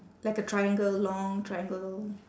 like a triangle long triangle